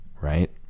right